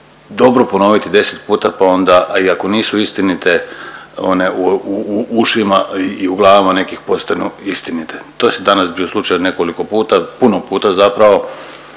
dobro ponoviti 10 puta pa onda a i ako nisu istinite one u ušima i u glavama nekih postanu istinite. To je danas bio slučaj nekoliko puta, puno puta zapravo.